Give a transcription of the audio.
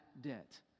debt